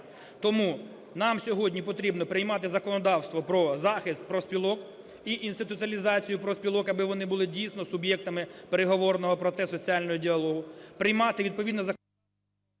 Тому нам сьогодні потрібно приймати законодавство про захист профспілок і інституалізацію профспілок, аби вони були дійсно суб'єктами переговорного процесу і соціального діалогу,